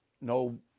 no